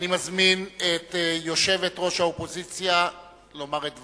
אני מזמין את יושבת-ראש האופוזיציה לומר את דברה.